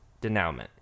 denouement